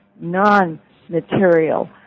non-material